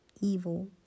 evil